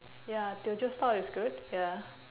ya teochew style is good ya